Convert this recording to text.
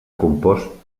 compost